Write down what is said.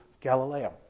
Galileo